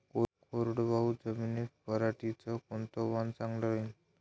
कोरडवाहू जमीनीत पऱ्हाटीचं कोनतं वान चांगलं रायीन?